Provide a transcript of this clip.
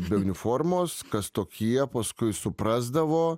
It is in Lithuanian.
be uniformos kas tokie paskui suprasdavo